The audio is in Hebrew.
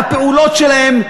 והפעולות שלהם,